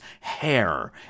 hair